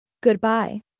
Goodbye